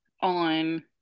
on